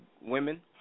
Women